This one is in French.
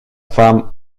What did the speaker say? femme